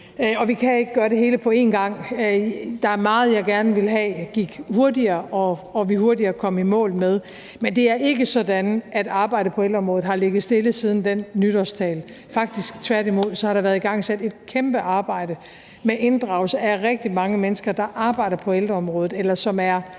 Vi kan ikke gøre det hele på en gang. Der er meget, jeg gerne vil have gik hurtigere og vi hurtigere kom i mål med. Men det er ikke sådan, at arbejdet på ældreområdet har ligget stille siden den nytårstale. Faktisk har der tværtimod været igangsat et kæmpe arbejde med inddragelse af rigtig mange mennesker, der arbejder på ældreområdet, eller som er